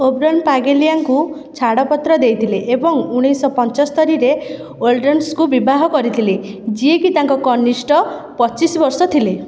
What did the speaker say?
ଓବରନ୍ ପାଗଲିଆଙ୍କୁ ଛାଡ଼ପତ୍ର ଦେଇଥିଲେ ଏବଂ ଉଣେଇଶହ ପଞ୍ଚସ୍ତୋରିରେ ୱୋଲ୍ଡର୍ସଙ୍କୁ ବିବାହ କରିଥିଲେ ଯିଏକି ତାଙ୍କ କନିଷ୍ଠ ପଚିଶ ବର୍ଷ ଥିଲେ